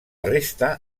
resta